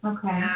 Okay